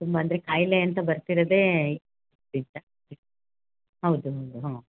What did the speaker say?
ತುಂಬ ಅಂದರೆ ಕಾಯಿಲೆ ಅಂತ ಬರ್ತಿರೋದೇ ಹೌದು ಹೌದು ಹಾಂ